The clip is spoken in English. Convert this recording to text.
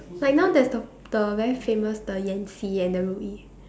like now there's the the very famous the Yanxi and the Ruyi